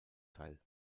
teil